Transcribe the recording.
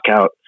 out